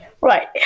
Right